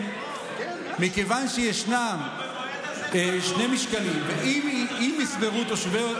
מכיוון שיש שני משקלים אם יסברו תושבי